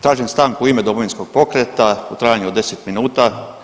Tražim stanku u ime Domovinskog pokreta u trajanju od 10 minuta.